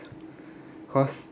cause